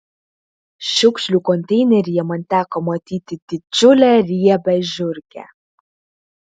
šiukšlių konteineryje man teko matyti didžiulę riebią žiurkę